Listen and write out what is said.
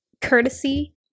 courtesy